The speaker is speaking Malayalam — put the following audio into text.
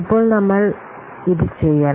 ഇപ്പോൾ നമ്മൾ ഇത് ചെയ്യണം